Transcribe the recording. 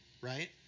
right